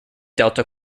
delta